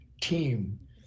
team